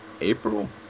April